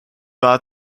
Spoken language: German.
war